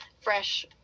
fresh